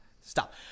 stop